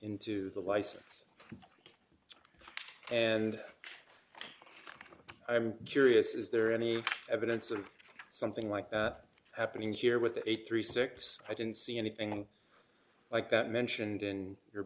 into the license and i'm curious is there any evidence of something like that happening here with a thirty six i didn't see anything like that mentioned in your